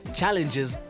challenges